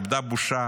איבדה בושה